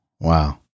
Wow